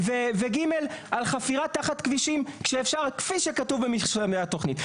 וג' על חפירת תחת כבישים כשאפשר כפי שכתוב במרשמי התוכנית.